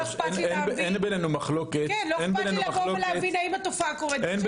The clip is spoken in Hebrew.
לא אכפת לי לבוא ולהבין האם התופעה הזאת קורית בשטח.